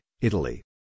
Italy